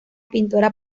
pintora